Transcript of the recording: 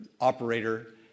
operator